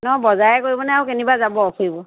ন বজাৰে কৰিবনে আৰু কেনিবা যাব ফুৰিব